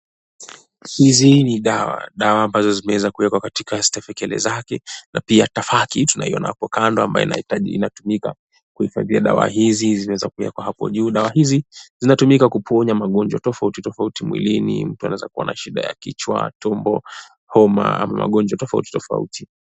Hizi ni dawa. Dawa ambazo zimeweza kuwekwa katika stafekele zake na pia tafaki tunaiona hapo kando ambayo inahitaji inatumika kuhifadhia dawa hizi zimeweza kuwekwa hapo juu. Dawa hizi zinatumika kuponya magonjwa tofauti tofauti mwilini, mtu anaweza kua na shida ya kichwa, ya tumbo, homa au magonjwa tofauti tofauti.